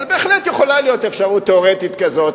אבל בהחלט יכולה להיות אפשרות תיאורטית כזאת,